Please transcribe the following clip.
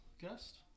guest